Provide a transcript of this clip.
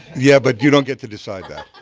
yeah, but you don't get to decide that.